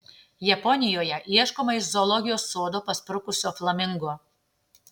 japonijoje ieškoma iš zoologijos sodo pasprukusio flamingo